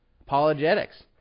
Apologetics